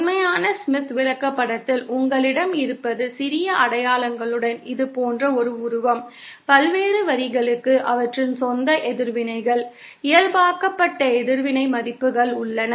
உண்மையான ஸ்மித் விளக்கப்படத்தில் உங்களிடம் இருப்பது சிறிய அடையாளங்களுடன் இது போன்ற ஒரு உருவம் பல்வேறு வரிகளுக்கு அவற்றின் சொந்த எதிர்வினைகள் இயல்பாக்கப்பட்ட எதிர்வினை மதிப்புகள் உள்ளன